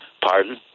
Pardon